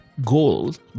goals